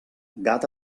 gat